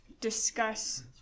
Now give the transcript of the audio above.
discuss